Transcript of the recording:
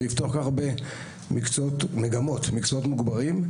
לפתוח כל כך הרבה מגמות ומקצועות מוגברים.